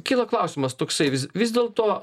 kyla klausimas toksai vis vis dėl to